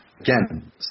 Again